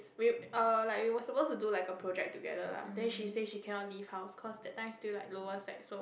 we err like we were supposed to do like a project together lah then she say she cannot leave house cause that time still like lower sec so